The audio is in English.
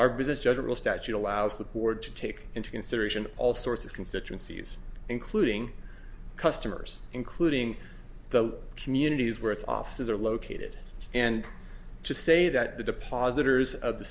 our business general statute allows the board to take into consideration all sorts of constituencies including customers including the communities where its offices are located and to say that the depositors of the